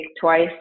twice